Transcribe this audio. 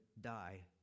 die